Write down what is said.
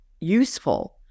useful